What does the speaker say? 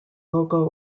logo